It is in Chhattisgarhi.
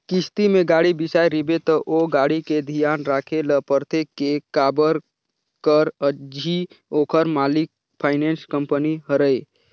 किस्ती में गाड़ी बिसाए रिबे त ओ गाड़ी के धियान राखे ल परथे के काबर कर अझी ओखर मालिक फाइनेंस कंपनी हरय